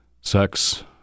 sex